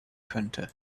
könnte